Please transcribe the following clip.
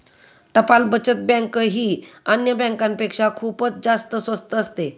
टपाल बचत बँक ही अन्य बँकांपेक्षा खूपच जास्त स्वस्त असते